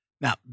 Now